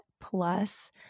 plus